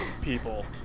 people